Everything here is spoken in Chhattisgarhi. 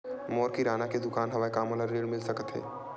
मोर किराना के दुकान हवय का मोला ऋण मिल सकथे का?